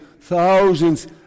thousands